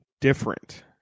Different